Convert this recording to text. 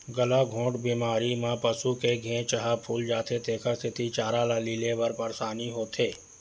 गलाघोंट बेमारी म पसू के घेंच ह फूल जाथे तेखर सेती चारा ल लीले म परसानी होथे